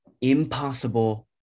impossible